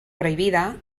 prohibida